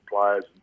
players